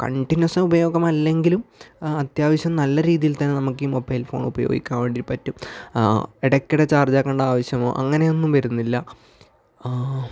continuous ഉപയോഗം അല്ലെങ്കിലും അത്യാവശ്യം നല്ല രീതിയിൽ തന്നെ നമുക്ക് ഈ മൊബൈൽ ഫോൺ ഉപയോഗിക്കാൻ വേണ്ടി പറ്റും ഇടയ്ക്കിടെ ചാർജ് ആക്കേണ്ട ആവശ്യമോ അങ്ങനെയൊന്നും വരുന്നില്ല